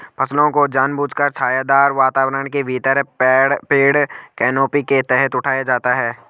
फसलों को जानबूझकर छायादार वातावरण के भीतर पेड़ कैनोपी के तहत उठाया जाता है